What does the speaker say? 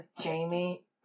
Jamie